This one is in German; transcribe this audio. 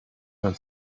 man